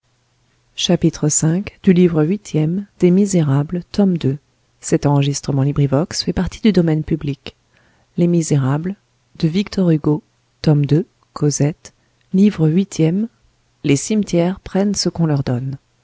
les souffles profonds de l'éternité livre huitième les cimetières prennent ce qu'on leur donne